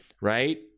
right